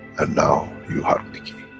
and now, you have the key.